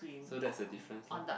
so that's a difference lor